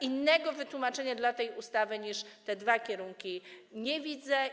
Innego wytłumaczenia dla tej ustawy niż te dwa kierunki nie widzę.